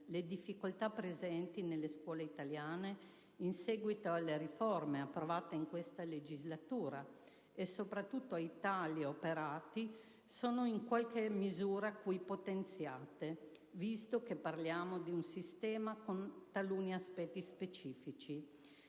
le difficoltà presenti nelle scuole italiane in seguito alle riforme approvate in questa legislatura e soprattutto ai tagli operati sono in qualche misura qui potenziate, visto che parliamo di un sistema con taluni aspetti specifici.